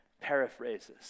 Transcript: paraphrases